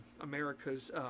America's